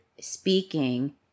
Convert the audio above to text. speaking